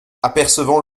apercevant